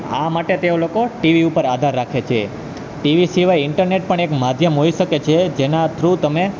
આ માટે તેઓ લોકો ટીવી ઉપર આધાર રાખે છે ટીવી સિવાય ઈન્ટરનેટ પણ એક માધ્યમ હોઈ શકે છે જેના થ્રુ તમે